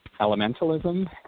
elementalism